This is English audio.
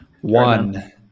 One